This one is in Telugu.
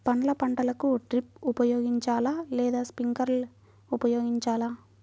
పండ్ల పంటలకు డ్రిప్ ఉపయోగించాలా లేదా స్ప్రింక్లర్ ఉపయోగించాలా?